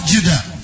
Judah